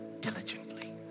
diligently